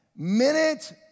Minute